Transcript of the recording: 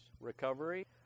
recovery